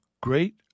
Great